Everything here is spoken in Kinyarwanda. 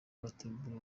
bategura